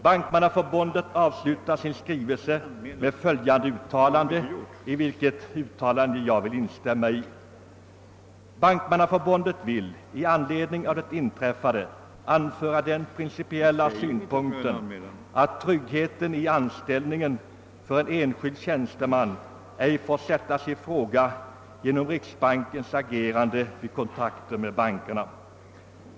Bankmannaförbundet avslutar sin skrivelse med följande uttalande, i vilket jag vill instämma: »Bankmannaförbundet vill i anledning av det inträffade anföra den principiella synpunkten, att tryggheten i anställningen för en enskild tjänsteman ej får sättas ifråga genom Riksbankens agerande vid kontakter med bankerna.